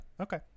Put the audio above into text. okay